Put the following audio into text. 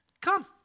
come